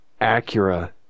Acura